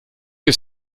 que